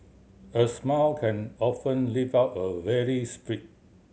a smile can often lift up a weary spirit